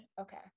okay